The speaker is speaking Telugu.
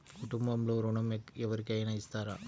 కుటుంబంలో ఋణం ఎవరికైనా ఇస్తారా?